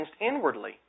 inwardly